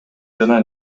жана